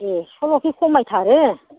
एकसलसो खमायथारो